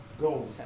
Gold